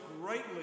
greatly